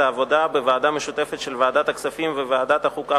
העבודה בוועדה המשותפת של ועדת הכספים וועדת החוקה,